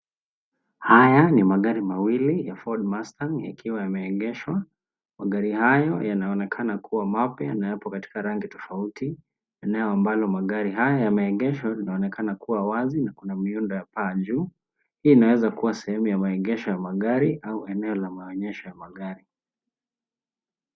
Haya ni magari mawili ya ford master yakiwa yameegeshwa. Magari hayo yanaonekana kuwa mapya na yako katika rangi tofauti. Eneo ambalo magari haya yameegeshwa linaonekana kuwa wazi na kumejengwa paa juu. Hii inaweza kuwa sehemu ya maegesho ya magari au eneo la maonyesho ya magari.